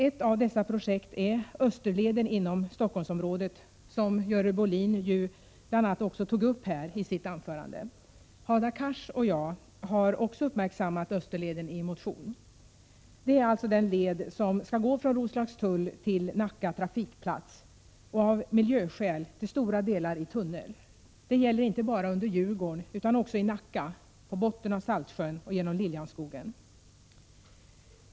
Ett av dessa projekt är Österleden inom Stockholmsområdet, som Görel Bohlin tog upp i sitt anförande. Hadar Cars och jag har också uppmärksammat Österleden i en motion. Det är alltså den led som skall gå från Roslagstull till Nacka trafikplats, av miljöskäl till stora delar i tunnel. Detta gäller inte bara under Djurgården utan också i Nacka, på botten av Saltsjön och genom Lill-Jans skogen.